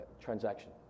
transaction